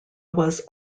was